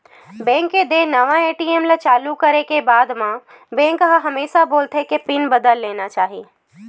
bank के देय नवा ए.टी.एम ल चालू करे के बाद म बेंक ह हमेसा बोलथे के पिन बदल लेना चाही